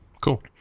cool